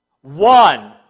One